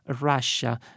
Russia